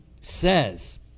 says